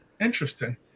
interesting